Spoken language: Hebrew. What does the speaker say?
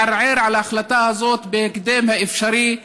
לערער על ההחלטה הזאת בהקדם האפשרי,